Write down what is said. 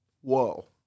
Whoa